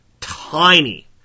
tiny